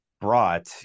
brought